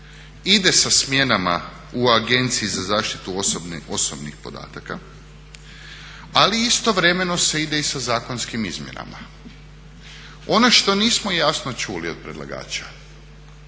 ide sa smjenama u Agenciji za zaštitu osobnih podataka, ali istovremeno se ide i sa zakonskim izmjenama. Ono što nismo jasno čuli od predlagača,